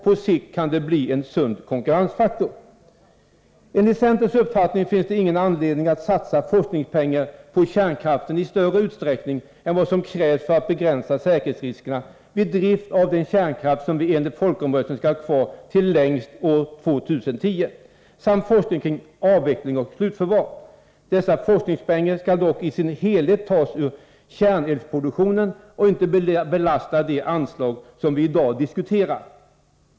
På sikt kan det bli en sund konkurrensfaktor. Enligt centerns uppfattning finns det ingen anledning att satsa forskningspengar på kärnkraften i större utsträckning än vad som krävs för att begränsa säkerhetsriskerna vid drift beträffande den kärnkraft som vi i enlighet med folkomröstningen skall ha kvar till år 2010 samt på forskning kring avveckling och slutförvar. Dessa forskningspengar skall dock i sin helhet tas ur kärnelsproduktionen och inte belasta de anslag som vi i dag diskuterar.